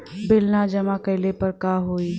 Bill न जमा कइले पर का होई?